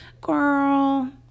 Girl